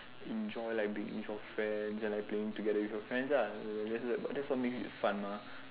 enjoy like being with your friends and like playing together with your friends lah that's what makes it fun mah